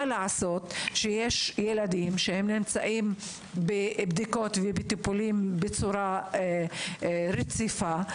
יש ילדים שנמצאים בבדיקות ובטיפולים בצורה לא רציפה.